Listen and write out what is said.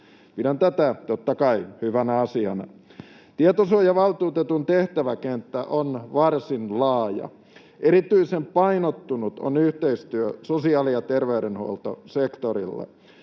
Pidän tätä, totta kai, hyvänä asiana. Tietosuojavaltuutetun tehtäväkenttä on varsin laaja. Erityisen painottunut on yhteistyö sosiaali- ja terveydenhuoltosektorilla.